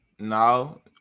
No